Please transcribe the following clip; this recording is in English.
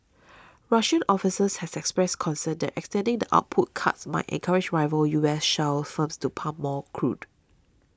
Russian officials has expressed concern that extending the output cuts might encourage rival U S shale firms to pump more crude